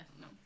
No